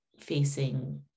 facing